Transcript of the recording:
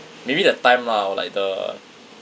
maybe the time ah or like the